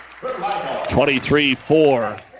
23-4